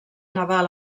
naval